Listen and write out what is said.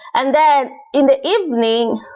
and then in the evening,